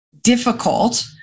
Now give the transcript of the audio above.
difficult